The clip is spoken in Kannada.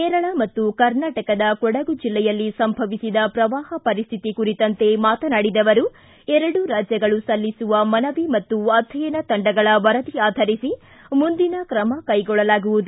ಕೇರಳ ಮತ್ತು ಕರ್ನಾಟಕದ ಕೊಡಗು ಜಿಲ್ಲೆಯಲ್ಲಿ ಸಂಭವಿಸಿದ ಪ್ರವಾಹ ಪರಿಸ್ಥಿತಿ ಕುರಿತಂತೆ ಮಾತನಾಡಿದ ಅವರು ಎರಡೂ ರಾಜ್ಯಗಳು ಸಲ್ಲಿಸುವ ಮನವಿ ಮತ್ತು ಅಧ್ಯಯನ ತಂಡಗಳ ವರದಿ ಆಧರಿಸಿ ಮುಂದಿನ ಕ್ರಮ ಕೈಗೊಳ್ಳಲಾಗುವುದು